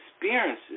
experiences